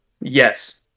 Yes